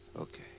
Okay